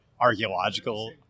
archaeological